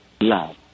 Love